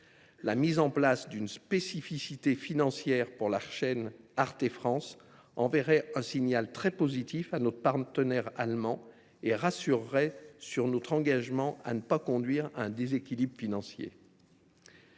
L’instauration d’une spécificité financière pour Arte France enverrait un signal très positif à notre partenaire allemand et réaffirmerait notre engagement à ne pas conduire à un déséquilibre financier.